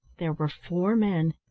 there were four men.